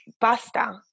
basta